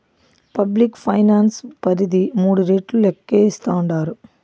public finance పరిధి మూడు రెట్లు లేక్కేస్తాండారు